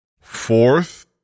fourth